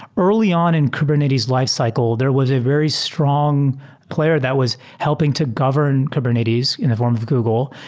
early on in kubernetes lifecycle, there was a very strong player that was helping to govern kubernetes in the form of google,